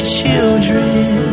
children